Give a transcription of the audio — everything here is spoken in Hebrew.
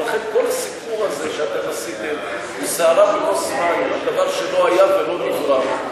ולכן כל הסיפור הזה שעשיתם הוא סערה בכוס מים על דבר שלא היה ולא נברא.